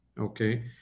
okay